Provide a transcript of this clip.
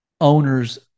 owners